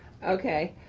okay,